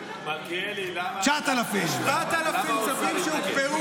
7,000. 9,000. 7,000 צווים שהוקפאו.